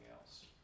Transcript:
else